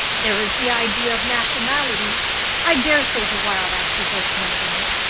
there is the idea of nationalities i dare say the wild asses are snuffing it,